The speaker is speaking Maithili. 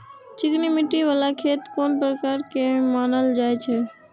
चिकनी मिट्टी बाला खेत कोन प्रकार के मानल जाय छै?